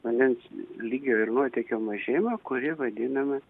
vandens lygio ir nuotėkio mažėjimą kuri vadinama